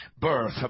birth